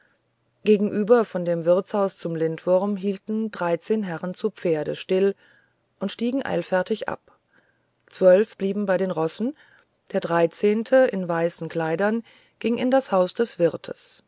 gegenüber vor dem wirtshause zum lindwurm hielten dreizehn herren zu pferde still und stiegen eilfertig ab zwölf blieben bei den rossen der dreizehnte in weißen kleidern ging in das haus des wirtes